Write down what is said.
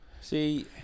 See